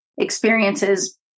experiences